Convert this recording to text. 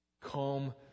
Calm